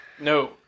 No